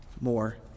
more